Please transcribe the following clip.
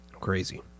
Crazy